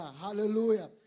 Hallelujah